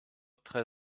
très